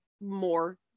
more